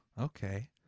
Okay